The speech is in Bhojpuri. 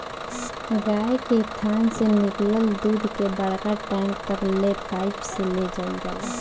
गाय के थान से निकलल दूध के बड़का टैंक तक ले पाइप से ले जाईल जाला